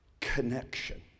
connection